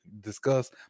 discuss